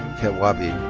kawabe.